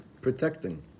protecting